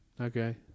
Okay